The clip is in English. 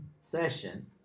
session